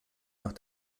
nach